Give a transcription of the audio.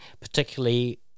particularly